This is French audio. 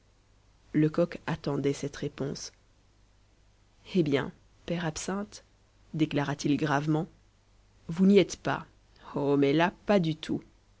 lecoq attendait cette réponse eh bien père absinthe déclara-t-il gravement vous n'y êtes pas oh mais là pas du tout